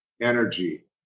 energy